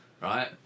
right